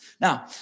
Now